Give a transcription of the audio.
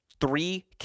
Three